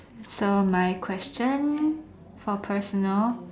so my question for personal